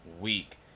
week